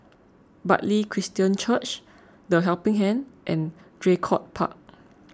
Bartley Christian Church the Helping Hand and Draycott Park